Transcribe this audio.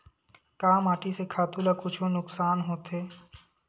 का माटी से खातु ला कुछु नुकसान होथे?